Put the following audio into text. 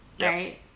right